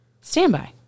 Standby